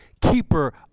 keeper